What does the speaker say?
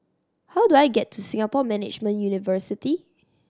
how do I get to Singapore Management University